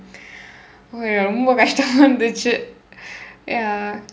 oh ya ரொம்ப கஷ்டமா இருந்துச்சு:rompa kashdamaa irundthuchsu ya